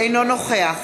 אינו נוכח